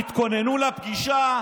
באמת התכוננו לפגישה,